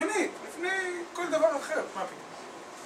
לפני כל דבר אחר, מה פתאום?